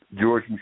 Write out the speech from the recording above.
George